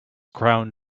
crown